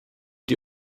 die